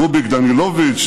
רוביק דנילוביץ',